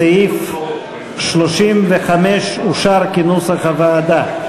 סעיף 35 אושר כנוסח הוועדה.